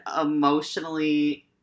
emotionally